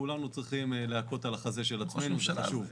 כולנו צריכים להכות על החזה של עצמנו, זה חשוב.